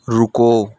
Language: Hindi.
रुको